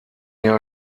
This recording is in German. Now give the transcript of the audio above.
jahr